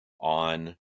on